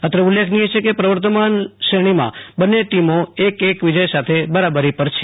અત્ર ઉલ્લેખનીય છે કે પ્રવર્તમાન શ્ર ણીમાં બન્ને ટોમો એક એક વિજય સાથે બરાબરી પર છે